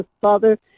Father